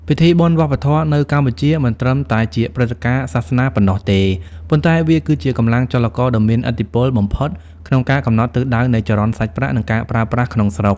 ពិធីបុណ្យវប្បធម៌នៅកម្ពុជាមិនត្រឹមតែជាព្រឹត្តិការណ៍សាសនាប៉ុណ្ណោះទេ ប៉ុន្តែវាគឺជាកម្លាំងចលករដ៏មានឥទ្ធិពលបំផុតក្នុងការកំណត់ទិសដៅនៃចរន្តសាច់ប្រាក់ និងការប្រើប្រាស់ក្នុងស្រុក។